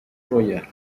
royal